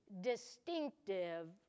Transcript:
distinctive